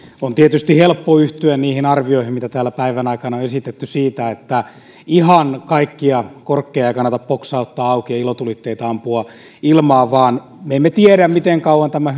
on tietysti helppo yhtyä niihin arvioihin joita täällä päivän aikana on esitetty siitä että ihan kaikkia korkkeja ei kannata poksauttaa auki ja ilotulitteita ampua ilmaan kun me emme tiedä miten kauan tämä